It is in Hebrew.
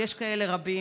ויש כאלה רבים.